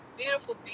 beautiful